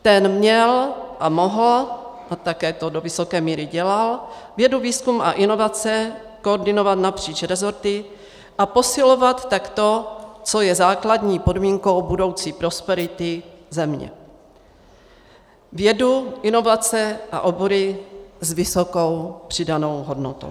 Ten měl, mohl a také to do vysoké míry dělal, vědu, výzkum a inovace koordinovat napříč resorty a posilovat takto, co je základní podmínkou budoucí prosperity země vědu, inovace a obory s vysokou přidanou hodnotou.